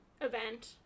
event